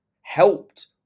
helped